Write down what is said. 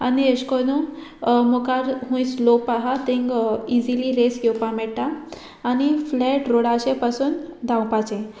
आनी एशे कोन्नू मुखार खूंय स्लोप आहा थिंगां इजिली रेस घेवपा मेट्टा आनी फ्लॅट रोडाचे पासून धांवपाचे